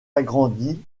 agrandie